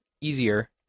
easier